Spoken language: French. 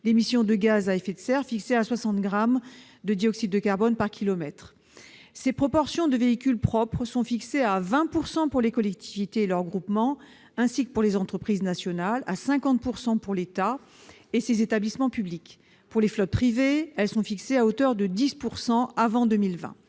d'émissions de gaz à effet de serre, fixés à 60 grammes de dioxyde de carbone par kilomètre. Cette proportion de véhicules propres est fixée à 20 % pour les collectivités et leurs groupements, ainsi que pour les entreprises nationales, et à 50 % pour l'État et ses établissements publics. Pour les flottes privées, elle est fixée à hauteur de 10 % avant 2020.